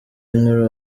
nkuru